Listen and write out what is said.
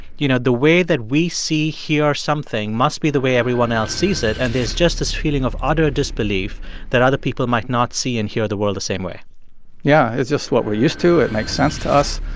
you know, the way that we see, hear, something must be the way everyone else sees it. and there's just this feeling of utter disbelief that other people might not see and hear the world the same way yeah. it's just what we're used to. it makes sense to us.